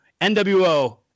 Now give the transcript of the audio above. NWO